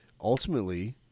ultimately